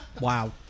Wow